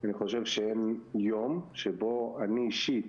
אני חושב שאין יום שבו אני אישית